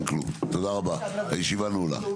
תודה רבה, הישיבה נעולה.